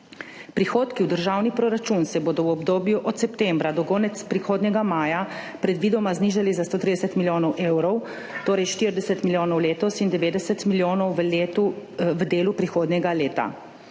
Prihodki v državni proračun se bodo v obdobju od septembra do konec prihodnjega maja predvidoma znižali za 130 milijonov evrov, torej 40 milijonov letos in 90 milijonov v delu prihodnjega leta.